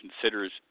considers